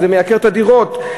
שזה מייקר את הדירות.